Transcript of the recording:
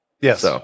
Yes